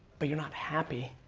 but you're not happy.